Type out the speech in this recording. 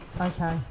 okay